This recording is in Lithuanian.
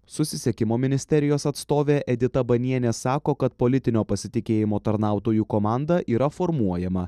susisiekimo ministerijos atstovė edita banienė sako kad politinio pasitikėjimo tarnautojų komanda yra formuojama